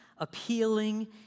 Appealing